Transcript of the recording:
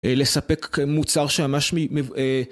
לספק מוצר שממש ...